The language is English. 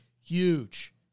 huge